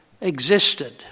existed